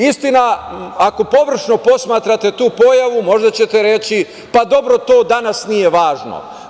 Istina, ako površno posmatrate tu pojavu, možda ćete reći – pa, dobro, to danas nije važno.